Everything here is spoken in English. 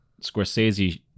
Scorsese